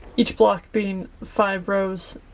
each block being five rows